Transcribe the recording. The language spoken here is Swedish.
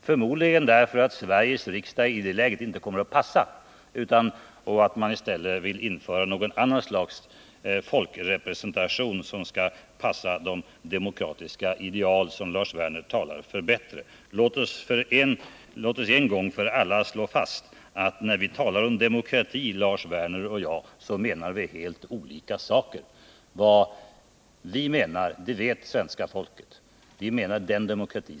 Förmodligen är det därför att Sveriges riksdag i det läget inte skulle passa de ”demokratiska ideal” som Lars Werner anser vara bättre än de nuvarande. Låt oss en gång för alla slå fast att Lars Werner och jag menar olika saker när vi talar om demokrati.